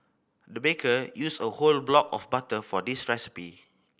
the baker used a whole block of butter for this recipe